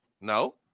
No